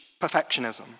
perfectionism